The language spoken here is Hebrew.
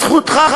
זכותך,